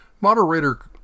Moderator